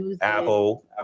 Apple